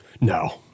No